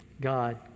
God